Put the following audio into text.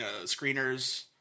screeners